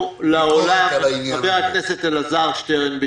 חבר הכנסת אלעזר שטרן,